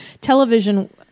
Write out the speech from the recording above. television